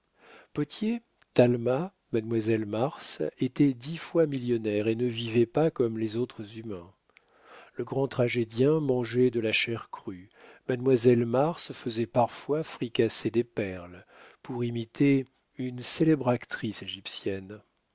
pottier talma mademoiselle mars étaient dix fois millionnaires et ne vivaient pas comme les autres humains le grand tragédien mangeait de la chair crue mademoiselle mars faisait parfois fricasser des perles pour imiter une célèbre actrice égyptienne